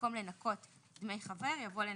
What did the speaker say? ובמקום "לנכות דמי חבר" יבוא "לנכותם".